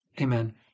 Amen